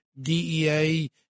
DEA